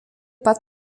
pat